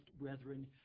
brethren